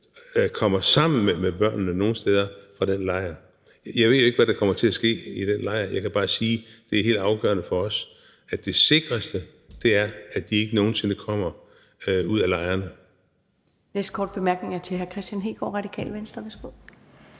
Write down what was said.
kommer sammen med børnene nogen steder hen fra den lejr. Jeg ved jo ikke, hvad der kommer til at ske i den lejr. Jeg kan bare sige, at det er helt afgørende for os, at det sikreste er, at de ikke nogen sinde kommer ud af lejrene. Kl. 23:01 Første næstformand (Karen Ellemann): Den næste korte bemærkning er til hr. Kristian Hegaard, Radikale Venstre.